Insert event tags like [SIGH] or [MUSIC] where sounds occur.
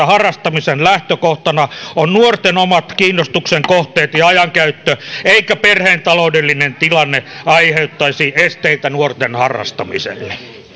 [UNINTELLIGIBLE] harrastamisen lähtökohtana ovat nuorten omat kiinnostuksenkohteet ja ajankäyttö eikä perheen taloudellinen tilanne aiheuttaisi esteitä nuorten harrastamiselle